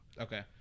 okay